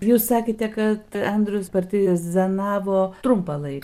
jūs sakėte kad andrius parti zanavo trumpą lai